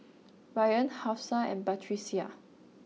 Ryan Hafsa and Batrisya